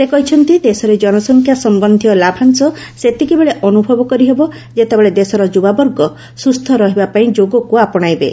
ସେ କହିଛନ୍ତି ଦେଶରେ ଜନସଂଖ୍ୟା ସମ୍ୟନ୍ଧୀୟ ଲାଭାଂଶ ସେତିକିବେଳେ ଅନୁଭବ କରିହେବ ଯେତେବେଳେ ଦେଶର ଯୁବାବର୍ଗ ସୁସ୍ତ ରହିବାପାଇଁ ଯୋଗକୁ ଆପଣାଇବେ